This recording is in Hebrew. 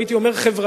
או הייתי אומר חברתי,